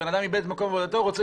בן אדם איבד את מקום עבודתו והוא רוצה